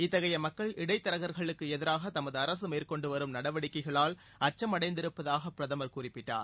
இத்தகைய மக்கள் இடைத்தரகர்களுக்கு எதிராக தமது அரசு மேற்கொண்டு வரும் நடவடிக்கைகளால் அச்சம் அடைந்திருப்பதாக பிரதமர் குறிப்பிட்டார்